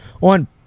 on